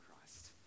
Christ